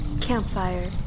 Campfire